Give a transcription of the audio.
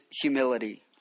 humility